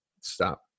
stop